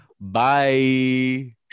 Bye